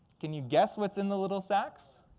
can you guess what's in the little sacks?